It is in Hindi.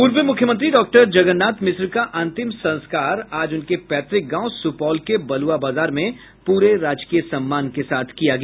पूर्व मुख्यमंत्री डॉक्टर जगन्नाथ मिश्र का अंतिम संस्कार आज उनके पैतृक गांव सुपौल के बलुआ बाजार में पूरे राजकीय सम्मान के साथ किया गया